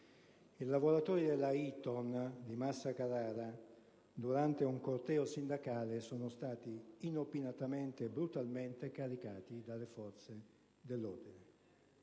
I lavoratori della Eaton di Massa Carrara, durante un corteo sindacale, sono stati inopinatamente e brutalmente caricati dalle forze dell'ordine.